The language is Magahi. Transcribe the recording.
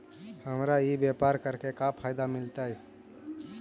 हमरा ई व्यापार करके का फायदा मिलतइ?